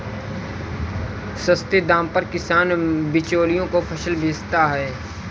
सस्ते दाम पर किसान बिचौलियों को फसल बेचता है